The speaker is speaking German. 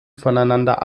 voneinander